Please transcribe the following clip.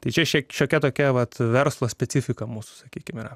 tai čia šiokia tokia vat verslo specifika mūsų sakykime yra